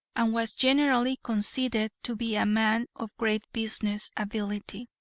and was generally conceded to be a man of great business ability.